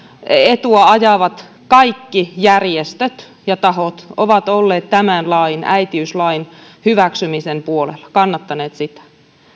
etua ajavat järjestöt ja tahot ovat olleet tämän lain äitiyslain hyväksymisen puolella kannattaneet sitä